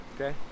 okay